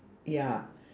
ya